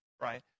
right